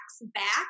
back